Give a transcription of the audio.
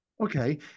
Okay